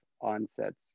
onsets